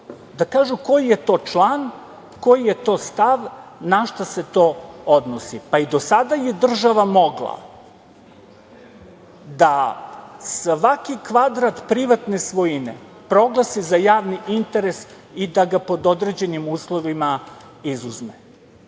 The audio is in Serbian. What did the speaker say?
Da kažu koji je to član, koji je to stav, na šta se to odnosi? Pa, i do sada je država mogla da svaki kvadrat privatne svojine proglasi za javni interes i da ga pod određenim uslovima izuzme. Nema